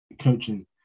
coaching